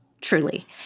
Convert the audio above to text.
truly